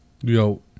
Yo